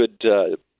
good